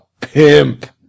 pimp